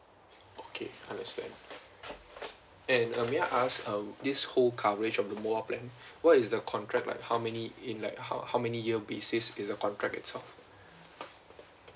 okay understand and um may I ask uh this whole coverage of the mobile plan what is the contract like how many in like how how many year basis is the contract itself